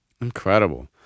Incredible